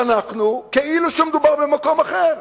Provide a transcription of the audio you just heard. ואנחנו, כאילו מדובר במקום אחר,